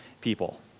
people